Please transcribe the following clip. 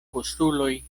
postuloj